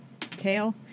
tail